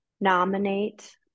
nominate